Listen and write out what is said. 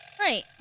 Right